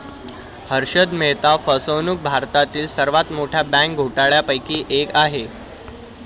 हर्षद मेहता फसवणूक भारतातील सर्वात मोठ्या बँक घोटाळ्यांपैकी एक आहे